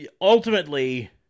ultimately